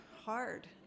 hard